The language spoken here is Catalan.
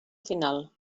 final